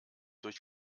durch